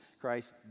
Christ